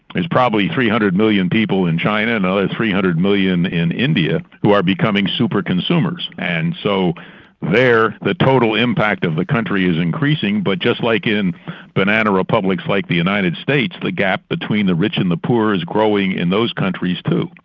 probably three hundred million people in china, another three hundred million in india who are becoming super-consumers, and so there the total impact of the country is increasing. but just like in banana republics like the united states, the gap between the rich and the poor is growing in those countries too,